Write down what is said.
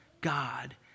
God